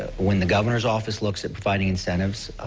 when the governor's office looks at finding incentives,